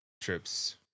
Trips